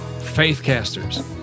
Faithcasters